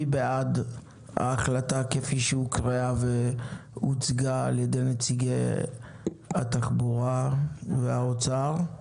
מי בעד ההחלטה כפי שהוצגה על ידי נציגי משרד התחבורה ומשרד האוצר?